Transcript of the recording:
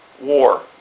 war